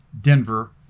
denver